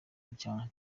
bya